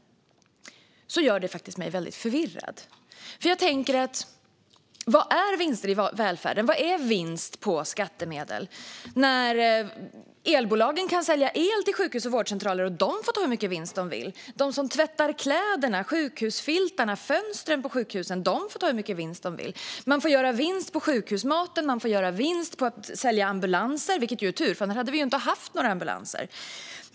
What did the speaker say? Det här gör mig faktiskt förvirrad. Vad är vinster i välfärden? Vad är vinst på skattemedel? Elbolagen kan sälja el till sjukhus och vårdcentraler, och de får ta ut hur mycket vinst de vill. De som tvättar kläderna, sjukhusfiltarna och fönstren på sjukhusen får ta ut hur mycket vinst de vill. Man får göra vinst på sjukhusmaten. Man får göra vinst på att sälja ambulanser - det är tur. Annars hade vi inte haft några ambulanser.